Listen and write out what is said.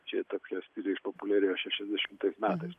čia tokios populiarios šešiasdešimtais metais